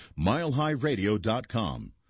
milehighradio.com